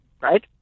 right